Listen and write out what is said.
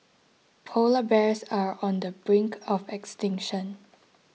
Polar Bears are on the brink of extinction